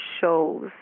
shows